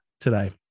today